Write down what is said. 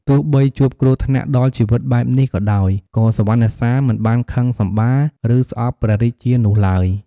ទោះបីជួបគ្រោះថ្នាក់ដល់ជីវិតបែបនេះក៏ដោយ ក៏សុវណ្ណសាមមិនបានខឹងសម្បារ ឬស្អប់ព្រះរាជានោះឡើយ។